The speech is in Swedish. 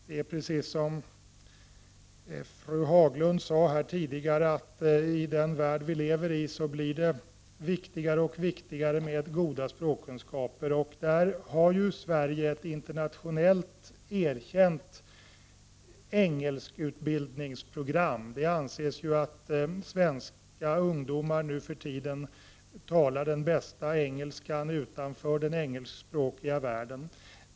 Det är precis så som fru Haglund sade här tidigare: att i den värld som vi lever i blir det allt viktigare med goda språkkunskaper. Sverige har ett internationellt erkänt engelsktutbildningsprogram. Det anses att svenska ungdomar nu för tiden talar den bästa engelskan utanför den engelskspråkiga världen.